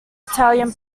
italian